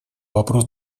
вопрос